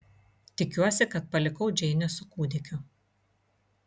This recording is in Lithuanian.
tikiuosi kad palikau džeinę su kūdikiu